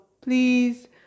please